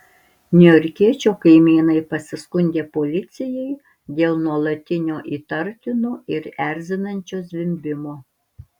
niujorkiečio kaimynai pasiskundė policijai dėl nuolatinio įtartino ir erzinančio zvimbimo